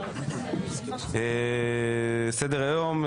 סדר היום,